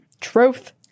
Truth